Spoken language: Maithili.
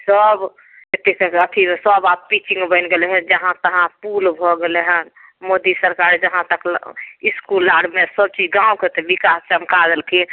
सब एते कऽ अथी सब आब पिचिंग बैन गेलै हँ जहाँ तहाँ पूल भऽ गेलै हँ मोदी सरकार जहाँ तक इसकुल आरमे सब चीज गाँवके तऽ विकास चमका देलकै